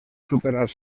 superar